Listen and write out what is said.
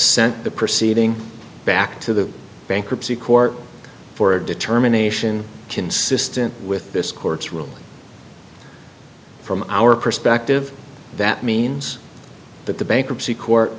sent the proceeding back to the bankruptcy court for a determination consistent with this court's ruling from our perspective that means that the bankruptcy court